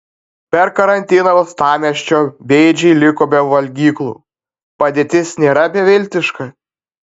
per karantiną uostamiesčio bėdžiai liko be valgyklų padėtis nėra beviltiška